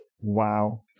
Wow